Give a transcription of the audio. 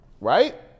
Right